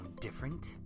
different